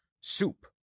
Soup